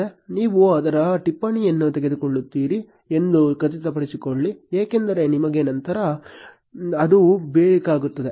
ನೀವು ಅದರ ಟಿಪ್ಪಣಿಯನ್ನು ತೆಗೆದುಕೊಳ್ಳುತ್ತೀರಿ ಎಂದು ಖಚಿತಪಡಿಸಿಕೊಳ್ಳಿ ಏಕೆಂದರೆ ನಿಮಗೆ ನಂತರ ಅದು ಬೇಕಾಗುತ್ತದೆ